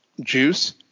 juice